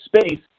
space